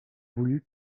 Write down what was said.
voulut